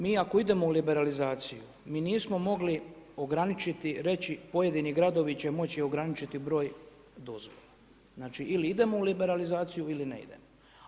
Mi ako idemo u liberalizaciju mi nismo mogli ograničiti i reći pojedini gradovi će moći ograničiti broj dozvola, znali ili idemo u liberalizaciju ili ne idemo.